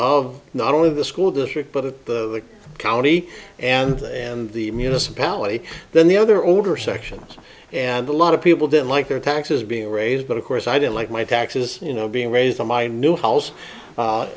of not only the school district but the county and and the municipality then the other older sections and a lot of people didn't like their taxes being raised but of course i didn't like my taxes you know being raised on my new house